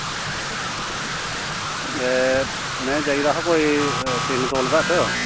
हे में चाहिदा हा कोई तिन तोले तक